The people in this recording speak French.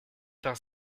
pain